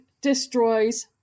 destroys